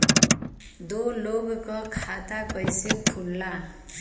दो लोगक खाता कइसे खुल्ला?